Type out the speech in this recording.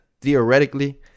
theoretically